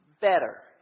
better